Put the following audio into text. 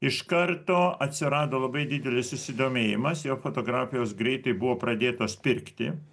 iš karto atsirado labai didelis susidomėjimas jo fotografijos greitai buvo pradėtos pirkti